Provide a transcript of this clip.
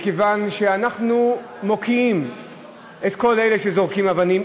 מכיוון שאנחנו מוקיעים את כל אלה שזורקים אבנים,